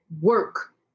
work